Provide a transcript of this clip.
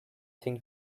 thing